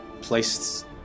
placed